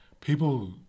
people